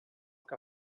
que